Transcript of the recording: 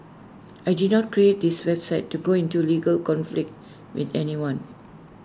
I did not create this website to go into A legal conflict with anyone